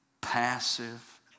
passive